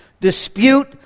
dispute